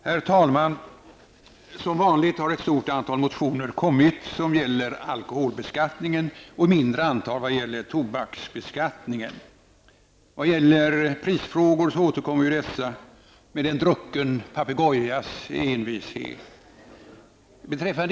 Herr talman! Som vanligt har ett stort antal motioner väckts som gäller alkoholbeskattningen och ett mindre antal som gäller tobaksbeskattningen. Prisfrågor återkommer man till med en drucken papegojas envishet.